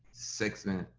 six minute,